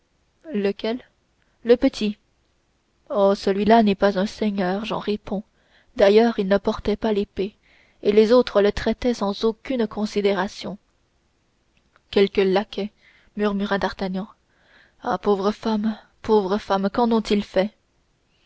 lequel le petit oh celui-là n'est pas un seigneur j'en réponds d'ailleurs il ne portait pas l'épée et les autres le traitaient sans aucune considération quelque laquais murmura d'artagnan ah pauvre femme pauvre femme qu'en ont-ils fait